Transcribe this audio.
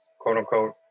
quote-unquote